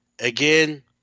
again